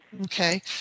Okay